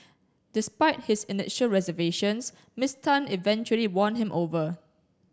despite his initial reservations Miss Tan eventually won him over